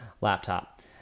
laptop